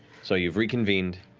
so you've reconvened,